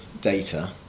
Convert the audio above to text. data